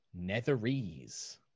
netherese